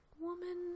woman